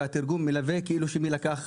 והתרגום של המילה 'מלווה'